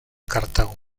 cartago